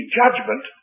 judgment